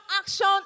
action